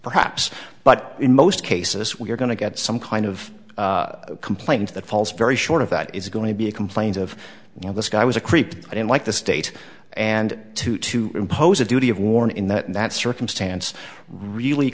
perhaps but in most cases we're going to get some kind of a complaint that falls very short of that is going to be a complaint of you know this guy was a creep i don't like the state and to to impose a duty of warn in that circumstance really